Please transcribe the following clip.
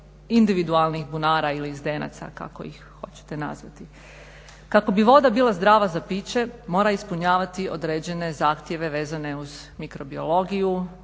individualnih bunara ili zdenaca kako ih hoćete nazvati. Kako bi voda bila zdrava za piće mora ispunjavati određene zahtjeve vezane uz mikrobiologiju,